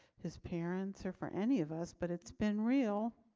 his parents or for any of us, but it's been real.